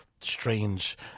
strange